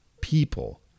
people